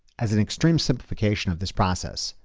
as an extreme simplification of this process,